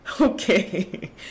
okay